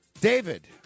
David